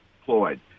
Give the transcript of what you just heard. employed